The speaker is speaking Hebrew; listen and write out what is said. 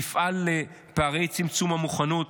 יפעל לצמצום פערי המוכנות.